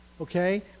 okay